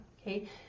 Okay